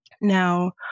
Now